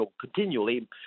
continually